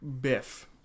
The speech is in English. biff